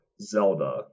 Zelda